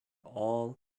all